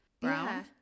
brown